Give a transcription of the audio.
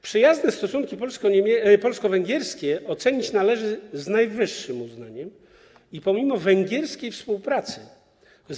Przyjazne stosunki polsko-węgierskie oceniać należy z najwyższym uznaniem i pomimo węgierskiej współpracy z